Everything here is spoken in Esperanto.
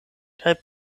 kaj